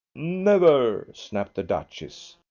never, snapped the duchess.